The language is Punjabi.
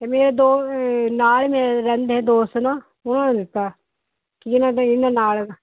ਇਹ ਮੇਰੇ ਦੋ ਨਾਲ ਹੀ ਮੇਰੇ ਰਹਿੰਦੇ ਦੋਸਤ ਨਾ ਉਹਨਾਂ ਨੇ ਦਿੱਤਾ ਕਿ ਇਹਨਾਂ ਦੇ ਇਹਨਾਂ ਨਾਲ